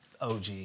OG